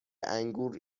انگور